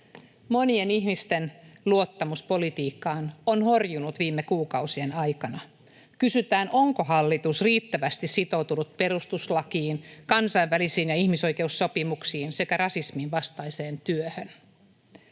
Monien ihmisten luottamus politiikkaan on horjunut viime kuukausien aikana. Kysytään, onko hallitus riittävästi sitoutunut perustuslakiin, kansainvälisiin sopimuksiin ja ihmisoikeussopimuksiin sekä rasismin vastaiseen työhön.